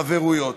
חברויות.